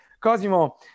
Cosimo